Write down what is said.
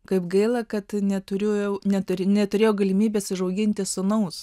kaip gaila kad neturėjau galimybės užauginti sūnaus